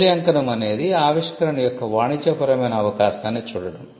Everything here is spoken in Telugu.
మూల్యాంకనం అనేది ఆవిష్కరణ యొక్క వాణిజ్యపరమైన అవకాశాన్ని చూడటం